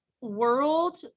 world